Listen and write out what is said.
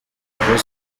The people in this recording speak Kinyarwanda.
muri